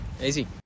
Easy